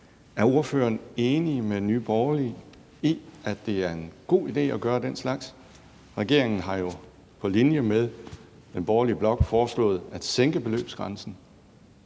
Er ordføreren enig med Nye Borgerlige i, at det er en god idé at gøre den slags? Regeringen har jo på linje med den borgerlige blok foreslået at sænke beløbsgrænsen.